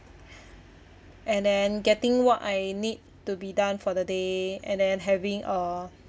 and then getting what I need to be done for the day and then having a